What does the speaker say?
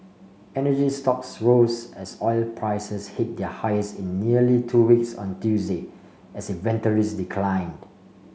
energy stocks roses as oil prices hit their highest in nearly two weeks on Tuesday as inventories declined